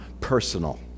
personal